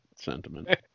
sentiment